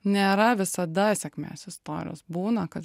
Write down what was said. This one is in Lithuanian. nėra visada sėkmės istorijos būna kad